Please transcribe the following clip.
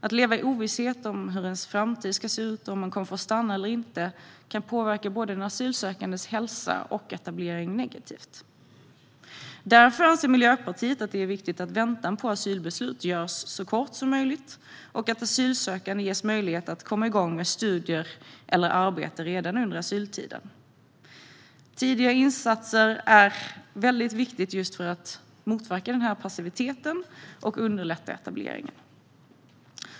Att leva i ovisshet om hur ens framtid ska se ut och om man kommer att få stanna eller inte kan påverka den asylsökandes både hälsa och etablering negativt. Därför anser Miljöpartiet att det är viktigt att väntan på asylbeslut görs så kort som möjligt och att asylsökande ges möjlighet att komma igång med studier eller arbete redan under asyltiden. Tidiga insatser är viktiga för att motverka passivitet och underlätta etablering.